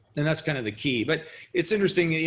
and that's kind of the key. but it's interesting, and